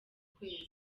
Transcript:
kwezi